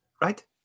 Right